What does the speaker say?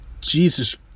Jesus